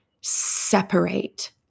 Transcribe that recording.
separate